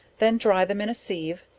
then dry them in a sieve,